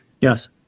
Yes